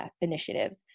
initiatives